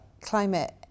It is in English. climate